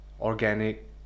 organic